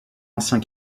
ancien